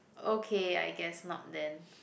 okay I guess not then